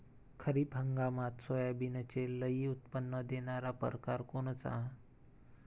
खरीप हंगामात सोयाबीनचे लई उत्पन्न देणारा परकार कोनचा?